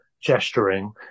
gesturing